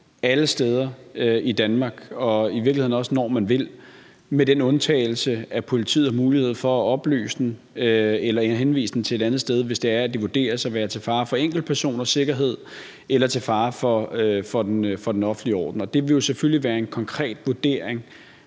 alle steder i Danmark og i virkeligheden også, når man vil, med den undtagelse, at politiet har mulighed for at opløse den eller henvise den til et andet sted, hvis det vurderes at være til fare for enkeltpersoners sikkerhed eller til fare for den offentlige orden, og det vil jo selvfølgelig være en konkret vurdering,